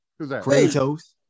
Kratos